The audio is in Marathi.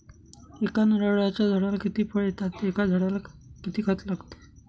एका नारळाच्या झाडाला किती फळ येतात? एका झाडाला किती खत लागते?